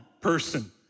person